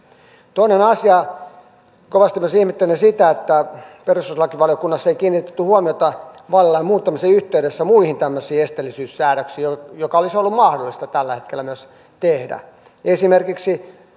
toinen asia kovasti myös ihmettelen sitä että perustuslakivaliokunnassa ei kiinnitetty huomiota vaalilain muuttamisen yhteydessä muihin tämmöisiin esteellisyyssäädöksiin mikä olisi ollut mahdollista tällä hetkellä myös tehdä esimerkiksi